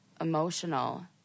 emotional